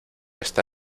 está